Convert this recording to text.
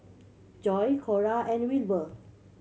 Joi Cora and Wilbur